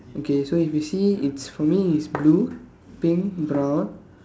okay so if you see it's for me it's blue pink brown